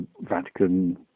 Vatican